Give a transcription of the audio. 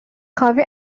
خوابی